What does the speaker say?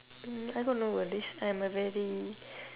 mm I got no worries I am a very